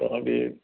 तव्हां बि